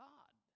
God